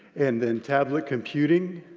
and then tablet computing,